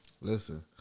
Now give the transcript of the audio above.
Listen